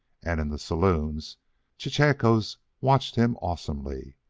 and in the saloons chechaquos watched him awesomely,